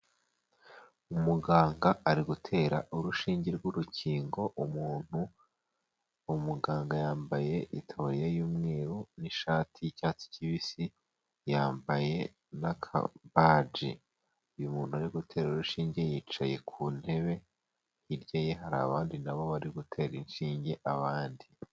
Umuganga ari gutera urushinge rw'urukingo umuntu, umuganga yambaye itaburiye y'umweru n'ishati y'cyatsi kibisi yambaye n'akabaji, uyu muntu arigutera urushinge yicaye ku ntebe hirya ye hari abandi nabo bari gutera inshinge abandi.